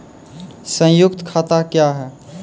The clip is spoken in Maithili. संयुक्त खाता क्या हैं?